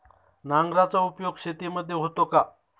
नांगराचा उपयोग शेतीमध्ये होतो का?